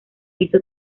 hizo